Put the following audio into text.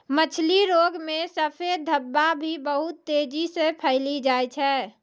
मछली रोग मे सफेद धब्बा भी बहुत तेजी से फैली जाय छै